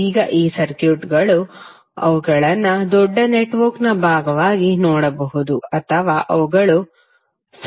ಈಗ ಈ ಸರ್ಕ್ಯೂಟ್ಗಳು ಅವುಗಳನ್ನು ದೊಡ್ಡ ನೆಟ್ವರ್ಕ್ನ ಭಾಗವಾಗಿ ನೋಡಬಹುದು ಅಥವಾ ಅವುಗಳು ಸರ್ಕ್ಯೂಟ್ ಆಗಿರಬಹುದು